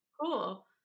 cool